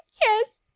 yes